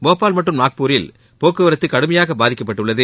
போபால் மற்றும் நாக்பூரில் போக்குவரத்து கடுமையாக பாதிக்கப்பட்டுள்ளது